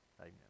amen